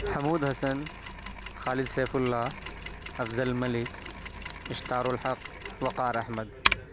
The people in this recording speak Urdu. حمود حسن خالد سیف اللہ افضل ملک اشتارالحق وقار احمد